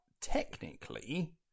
technically